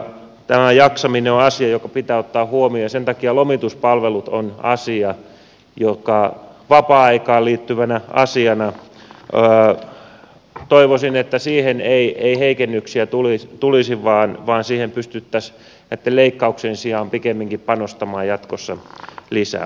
tämä jaksaminen on asia joka pitää ottaa huomioon ja sen takia lomituspalvelut on asia josta vapaa aikaan liittyvänä asiana toivoisin että siihen ei heikennyksiä tulisi vaan siihen pystyttäisiin näitten leikkauksien sijaan pikemminkin panostamaan jatkossa lisää